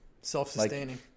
Self-sustaining